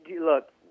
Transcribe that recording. look